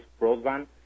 broadband